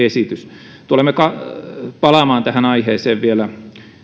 perustellumpi esitys tulemme palaamaan tähän aiheeseen vielä